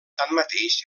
tanmateix